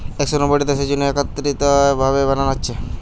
একশ নব্বইটা দেশের জন্যে একত্রিত ভাবে বানানা হচ্ছে